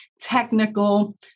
technical